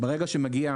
ברגע שמגיע